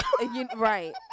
Right